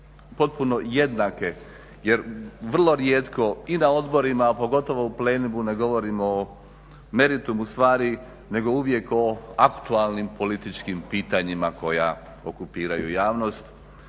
potpuno jednake jer vrlo rijetko i na odborima, a pogotovo na … ne govorimo o meritumu stvari nego uvijek o aktualnim političkim pitanjima koja okupiraju javnost